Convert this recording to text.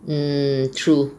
mm true